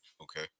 Okay